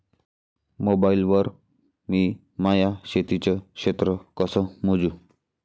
Mobile वर मी माया शेतीचं क्षेत्र कस मोजू?